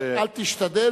אל תשתדל,